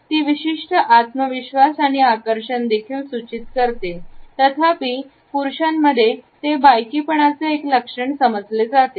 ती विशिष्ट आत्मविश्वास आणि आकर्षण देखील सूचित करते तथापि पुरुषांमध्ये बायकीपणाचे एक लक्षण समजले जाते